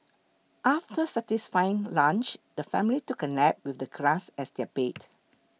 after satisfying lunch the family took a nap with the grass as their bed